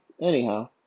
Anyhow